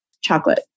chocolate